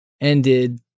ended